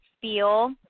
feel